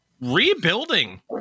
rebuilding